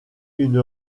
une